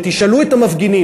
ותשאלו את המפגינים,